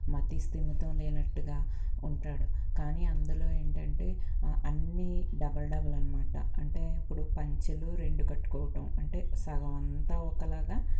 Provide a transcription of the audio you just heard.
మతిస్థిమితం లేనట్టుగా ఉంటాడు కానీ అందులో ఏంటంటే అన్నీ డబల్ డబల్ అనమాట అంటే ఇప్పుడు పంచలు రెండు కట్టుకోవటం అంటే సగం అంతా ఒకలాగా